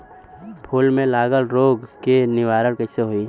फूल में लागल रोग के निवारण कैसे होयी?